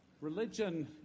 Religion